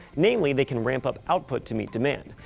namely they can ramp up output to meet demand.